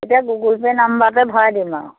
তেতিয়া Google pay নাম্বাৰতে ভৰাই দিম আৰু